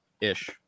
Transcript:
ish